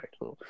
right